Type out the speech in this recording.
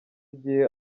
igihe